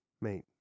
mate